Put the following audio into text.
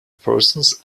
persons